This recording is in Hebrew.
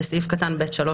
(1)בסעיף קטן (ב)(3),